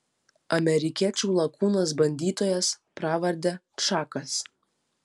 amerikiečių lakūnas bandytojas pravarde čakas